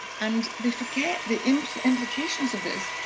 and they forget the implications of this.